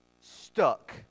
stuck